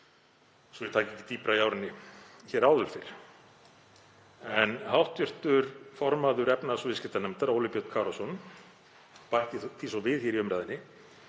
að ég taki ekki dýpra í árinni, hér áður fyrr. Hv. formaður efnahags- og viðskiptanefndar, Óli Björn Kárason, bætti því svo við hér í umræðunni